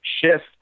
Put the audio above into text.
shift